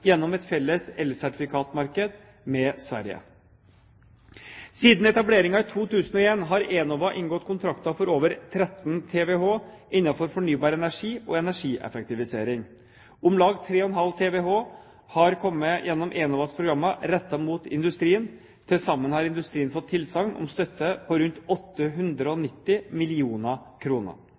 gjennom et felles elsertifikatmarked med Sverige. Siden etableringen i 2001 har Enova inngått kontrakter for over 13 TWh innenfor fornybar energi og energieffektivisering. Om lag 3,5 TWh har kommet gjennom Enovas programmer rettet mot industrien. Til sammen har industrien fått tilsagn om støtte på rundt 890